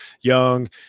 young